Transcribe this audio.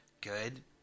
good